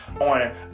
on